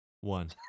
one